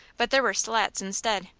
but there were slats instead.